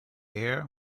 air